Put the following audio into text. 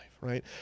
Right